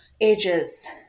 ages